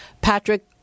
Patrick